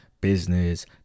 Business